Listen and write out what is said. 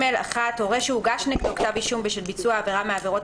"(ג)(1)הורה שהוגש נגדו כתב אישום בשל ביצוע עבירה מהעבירות